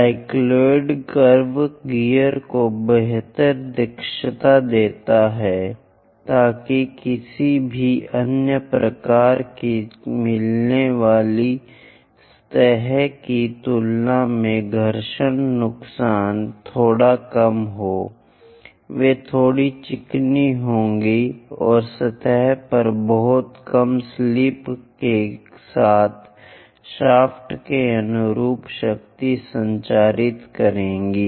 cycloid curve gear को बेहतर दक्षता देता है ताकि किसी भी अन्य प्रकार की मिलने वाली सतहों की तुलना में घर्षण नुकसान थोड़ा कम हो वे थोड़ा चिकनी होंगे और सतहों पर बहुत कम स्लिप के साथ शाफ्ट के अनुरूप शक्ति संचारित करेंगे